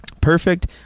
perfect